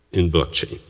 in blockchain.